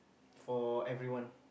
for everyone